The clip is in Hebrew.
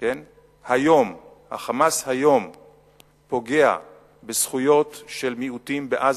היום פוגע בזכויות של מיעוטים בעזה,